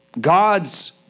God's